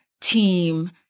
team